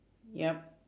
yup